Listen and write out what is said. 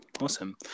awesome